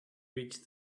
reached